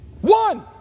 One